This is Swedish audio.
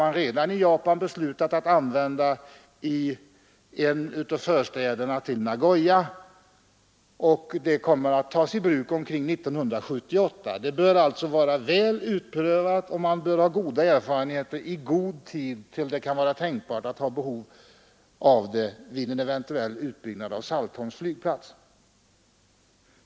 Man har i Japan redan beslutat att använda detta system i en av förstäderna till Nagoya, och det kommer att tas i bruk omkring 1978. Det bör alltså vara väl utprövat i god tid tills det kan vara tänkbart att ha behov därav vid en eventuell utbyggnad av Saltholms flygplats.